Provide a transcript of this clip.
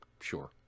sure